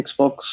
Xbox